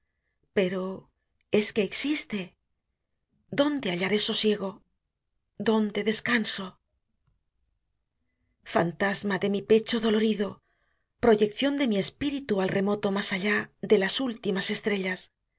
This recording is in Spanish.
pero es que existe dónde hallaré sosiego dónde descanso fantasma de mi pecho dolorido proyección de mi espíritu al remoto más allá de las últimas estrellas